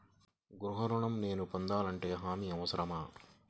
గృహ ఋణం నేను పొందాలంటే హామీ అవసరమా?